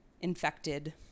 infected